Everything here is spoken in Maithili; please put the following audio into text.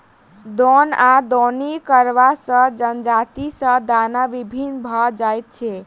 दौन वा दौनी करला सॅ जजाति सॅ दाना भिन्न भ जाइत छै